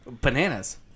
Bananas